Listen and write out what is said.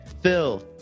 phil